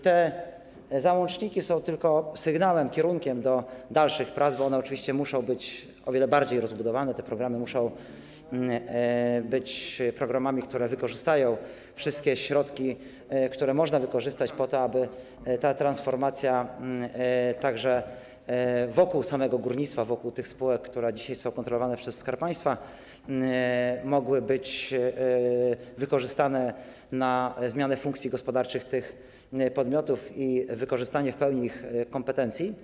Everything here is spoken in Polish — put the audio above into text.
Te załączniki są tylko sygnałem, wskazują kierunek dalszych prac, bo one oczywiście muszą być o wiele bardziej rozbudowane, to muszą być programy, które wykorzystają wszystkie środki, które można wykorzystać, po to aby ta transformacja wokół samego górnictwa, wokół tych spółek, które są dzisiaj kontrolowane przez Skarb Państwa, mogła być wykorzystana do zmiany funkcji gospodarczych tych podmiotów i aby wykorzystać w pełni ich kompetencje.